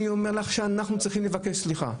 אני אומר לך שאנחנו צריכים לבקש סליחה.